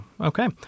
okay